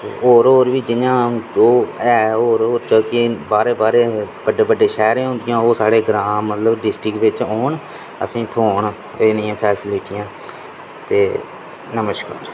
होर होर बी जि'यां ऐ होर होर बाह्रें बाह्रें बड्डे शैह्रें होंदियां ओह् साढे़ ग्रांऽ मतलव डिस्ट्रक्ट च होन असेंगी थ्होन एह् नेहियां फैसलिटियां ते नमस्कार